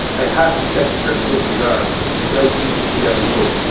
i half expected her to link his arm. but i knew she never would.